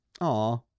Aw